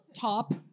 top